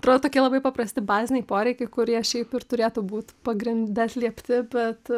atrodo tokie labai paprasti baziniai poreikiai kurie šiaip ir turėtų būt pagrinde atliepti bet